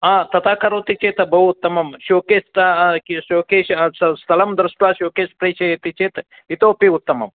हा तथा करोति चेत् बहु उत्तमं शोकेस् शोकेश स्थलं दृष्ट्वा शोकेस् प्रेषयति चेत् इतोऽपि उत्तमम्